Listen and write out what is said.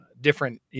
different